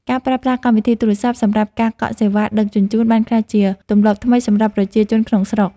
ការប្រើប្រាស់កម្មវិធីទូរស័ព្ទសម្រាប់ការកក់សេវាដឹកជញ្ជូនបានក្លាយជាទម្លាប់ថ្មីសម្រាប់ប្រជាជនក្នុងស្រុក។